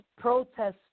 protests